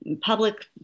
public